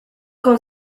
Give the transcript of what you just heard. con